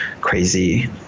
crazy